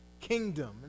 kingdom